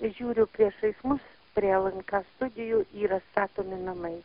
žiūriu priešais mus prie lnk studijų yra statomi namai